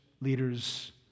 leaders